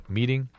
Meeting